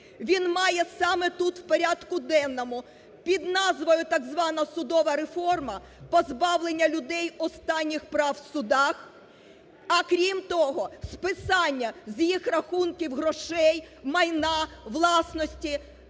Він має саме тут, в порядку денному, під назвою так звана судова реформа позбавлення людей останніх прав в судах, а крім того списання з їх рахунків грошей, майна, власності